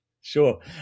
Sure